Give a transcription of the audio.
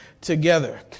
together